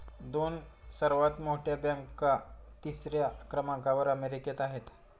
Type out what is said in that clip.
दोन सर्वात मोठ्या बँका तिसऱ्या क्रमांकावर अमेरिकेत आहेत